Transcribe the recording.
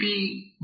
PV